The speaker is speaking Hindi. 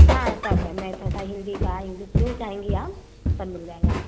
हाँ सब है मैथ का हिंदी का इंग्लिस जो चाहेंगी आप वो सब मिल जाएगा